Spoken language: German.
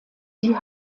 die